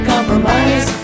Compromise